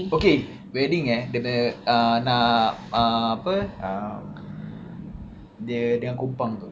okay wedding eh kena uh nak uh apa uh dia dengan kompang tu